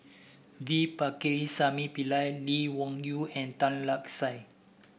V Pakirisamy Pillai Lee Wung Yew and Tan Lark Sye